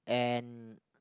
and